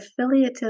affiliative